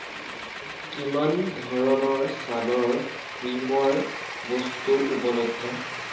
কিমান ধৰণৰ ছালৰ ক্ৰীমৰ বস্তু উপলব্ধ